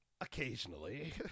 Occasionally